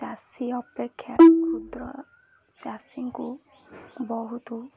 ଚାଷୀ ଅପେକ୍ଷା କ୍ଷୁଦ୍ର ଚାଷୀଙ୍କୁ ବହୁତ